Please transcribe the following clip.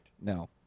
No